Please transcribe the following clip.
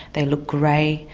they look grey,